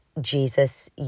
Jesus